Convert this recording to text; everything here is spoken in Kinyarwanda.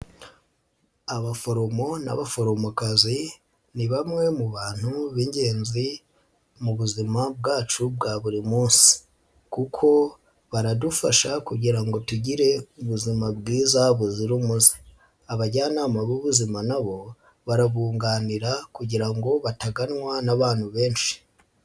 Abaforomo n'abaforomokazi ni bamwe mu bantu b'ingenzi, mu buzima bwacu bwa buri munsi kuko baradufasha kugira ngo tugire ubuzima bwiza buzira umuze, abajyanama b'ubuzima na bo barabunganira kugira ngo bataganwa n'abantu benshi.